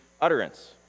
utterance